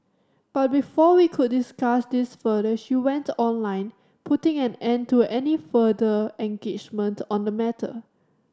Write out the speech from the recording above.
but before we could discuss this further she went online putting an end to any further engagement on the matter